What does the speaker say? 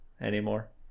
anymore